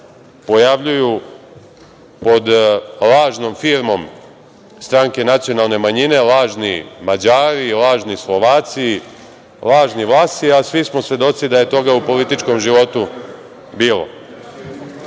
pojavljuju pod lažnom firmom stranke nacionalne manjine, lažni Mađari, lažni Slovaci, lažni Vlasi, a svi smo svedoci da je toga u političkom životu bilo.Zašto